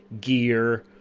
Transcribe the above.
gear